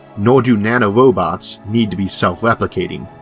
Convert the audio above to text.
nor do nano-robots need to be self-replicating.